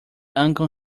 uncle